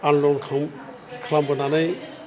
आनदलन खालाम खालाम बोनानै